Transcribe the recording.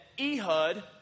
Ehud